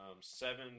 Seven